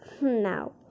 Now